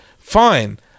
fine